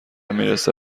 میرسه